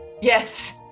Yes